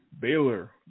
Baylor